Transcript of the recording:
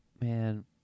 Man